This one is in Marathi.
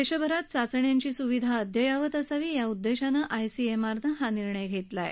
देशभरात चाचण्याची सुविधा अद्ययावत असावी या उद्देशानं आयसी िआर नं निर्णय घेतला आहे